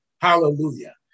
hallelujah